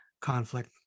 conflict